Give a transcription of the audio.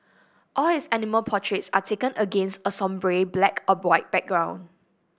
all his animal portraits are taken against a sombre black or white background